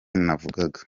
navugaga